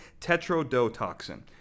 tetrodotoxin